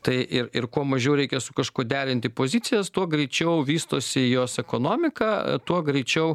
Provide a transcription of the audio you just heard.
tai ir ir kuo mažiau reikia su kažkuo derinti pozicijas tuo greičiau vystosi jos ekonomika tuo greičiau